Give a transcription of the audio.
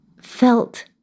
felt